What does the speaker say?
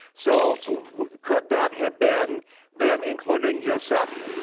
so could that have been then including yoseph,